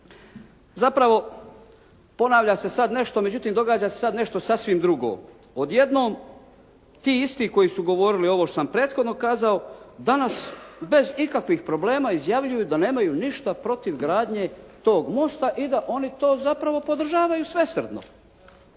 Zapravo ponavlja se sada nešto, događa se nešto sasvim drugo. Odjednom ti isti koji su govorili ovo što sam prethodno kazao, danas bez ikakvih problema izvaljuju da nemaju ništa protiv gradnje tog mosta i da oni to zapravo podržavaju svesrdno.